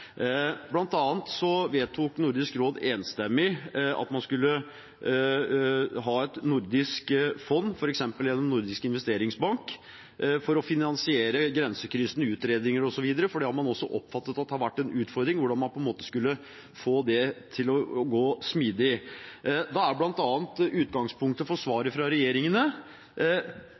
vedtok Nordisk råd enstemmig at man skulle ha et nordisk fond, f.eks. gjennom Den nordiske investeringsbank, for å finansiere grensekryssende utredninger, osv., for man har oppfattet at det har vært en utfordring å skulle få det til å gå smidig. Da er bl.a. utgangspunktet for svaret fra regjeringene